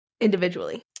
individually